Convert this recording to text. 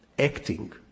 Acting